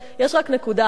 יש רק נקודה אחת: